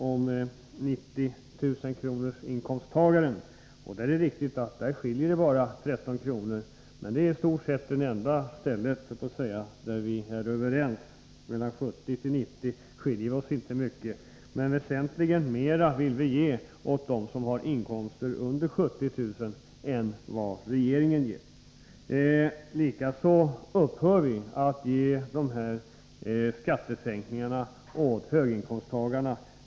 Det rörde sig om 90 000-kronorsinkomsttagaren, och det är riktigt att där skiljer det bara 13 kr. Men det är i stort sett det enda ställe där vi är överens. Mellan 70 000 och 90 000 kr. skiljer vi oss inte mycket. Däremot vill vi ge väsentligt mera till dem som har inkomster under 70 000 kr. än regeringen ger. Likaså sätter vi en gräns för skattesänkningar så att vi inte ger sådana åt höginkomsttagarna.